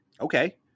Okay